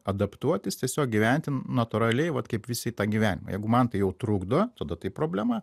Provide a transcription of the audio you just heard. adaptuotis tiesiog gyventi natūraliai vat kaip visi tą gyvenimą jeigu man tai jau trukdo tada tai problema